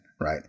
Right